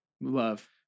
Love